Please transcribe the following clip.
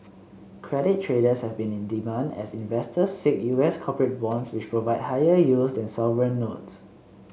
credit traders have been in demand as investors seek U S corporate bonds which provide higher yields than sovereign notes